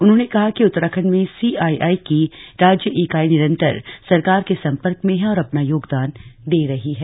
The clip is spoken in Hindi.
उन्होंने कहा कि उत्तराखण्ड में सीआईआई की राज्य ईकाई निरन्तर सरकार के सम्पर्क में है और अपना योगदान दे रही है